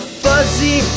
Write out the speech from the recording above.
fuzzy